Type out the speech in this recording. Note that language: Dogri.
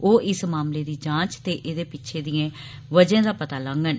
ओह् इस मामले दी जांच ते एहदे पिच्छे दिएं वजहें दा पता लाङन